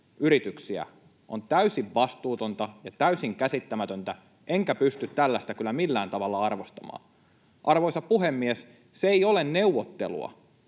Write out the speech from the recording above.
yrityksiä, on täysin vastuutonta ja täysin käsittämätöntä, enkä pysty tällaista kyllä millään tavalla arvostamaan. Arvoisa puhemies! Se ei ole neuvottelua,